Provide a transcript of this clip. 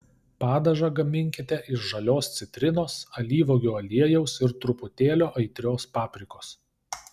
padažą gaminkite iš žalios citrinos alyvuogių aliejaus ir truputėlio aitrios paprikos